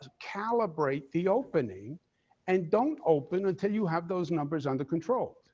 ah calibrate the opening and don't open until you have those numbers under control.